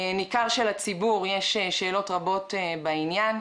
ניכר שלציבור יש שאלות רבות בעניין.